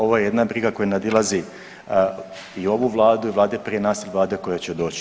Ovo je jedna briga koja nadilazi i ovu Vladu i vlade prije nas i vlade koja će doći.